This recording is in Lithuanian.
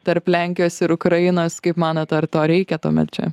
tarp lenkijos ir ukrainos kaip manot ar to reikia tuomet čia